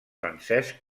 francesc